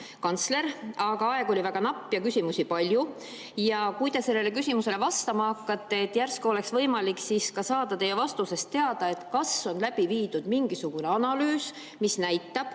kantsler, aga aega oli väga napilt ja küsimusi palju. Kui te sellele küsimusele vastama hakkate, järsku oleks võimalik saada teie vastusest teada ka seda, kas on tehtud mingisugune analüüs, mis näitab,